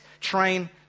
train